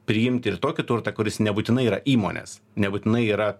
priimti ir tokį turtą kuris nebūtinai yra įmonės nebūtinai yra